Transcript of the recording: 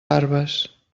barbes